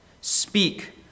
Speak